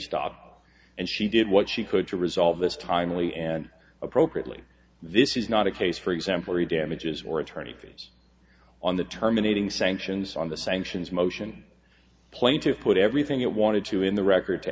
stopped and she did what she could to resolve this timely and appropriately this is not a case for example the damages or attorney fees on the terminating sanctions on the sanctions motion plain to put everything it wanted to in the record to